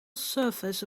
surface